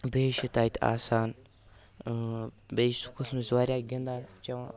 بیٚیہِ چھِ تَتہِ آسان بیٚیہِ سُہ کُس نہٕ بہٕ چھُس واریاہ گِندان چیوان